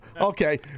Okay